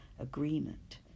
agreement